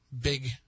big